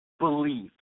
Believe